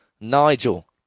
Nigel